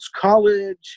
College